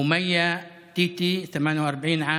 אומייה תיתי, 48,